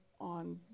on